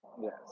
Yes